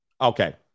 Okay